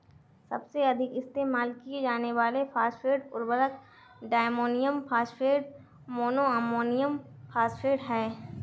सबसे अधिक इस्तेमाल किए जाने वाले फॉस्फेट उर्वरक diammonium phosphate, mono ammonium phosphate हैं